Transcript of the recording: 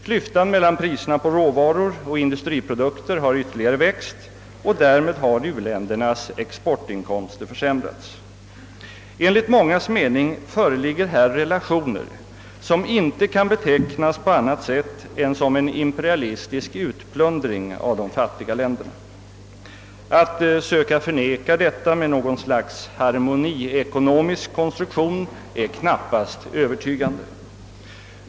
Klyftan mellan priserna på råvaror och industriprodukter har ytterligare växt och därmed har u-ländernas exportinkomster försämrats. Enligt mångas mening föreligger här relationer som inte kan betecknas på annat sätt än som en imperialistisk utplundring av de fattiga länderna. Att söka förneka detta med något slags harmoniekonomisk konstruktion är knappast övertygande.